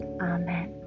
Amen